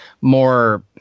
more